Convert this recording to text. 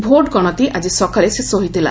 vote ଗଣତି ଆଜି ସକାଳେ ଶେଷ ହୋଇଥିଲା